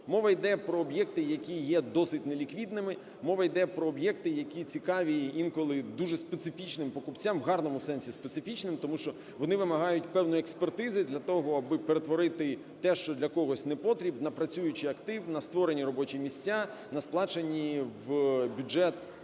Мова йде про об'єкти, які є досить неліквідними, мова йде про об'єкти, які цікаві інколи дуже специфічним покупцям, у гарному сенсі специфічним, тому що вони вимагають певної експертизи для того, аби перетворити те, що для когось непотріб, на працюючий актив, на створені робочі місця, на сплачені в бюджет